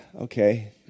okay